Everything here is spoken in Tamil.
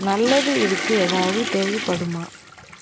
நல்லது இதுக்கு ஏதாவது தேவைப்படுமா